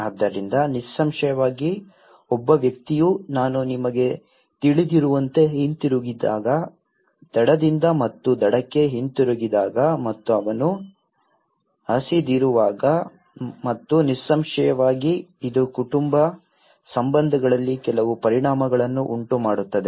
ಆದ್ದರಿಂದ ನಿಸ್ಸಂಶಯವಾಗಿ ಒಬ್ಬ ವ್ಯಕ್ತಿಯು ನಾನು ನಿಮಗೆ ತಿಳಿದಿರುವಂತೆ ಹಿಂದಿರುಗಿದಾಗ ದಡದಿಂದ ಮತ್ತು ದಡಕ್ಕೆ ಹಿಂತಿರುಗಿದಾಗ ಮತ್ತು ಅವನು ಹಸಿದಿರುವಾಗ ಮತ್ತು ನಿಸ್ಸಂಶಯವಾಗಿ ಇದು ಕುಟುಂಬ ಸಂಬಂಧಗಳಲ್ಲಿ ಕೆಲವು ಪರಿಣಾಮಗಳನ್ನು ಉಂಟುಮಾಡುತ್ತದೆ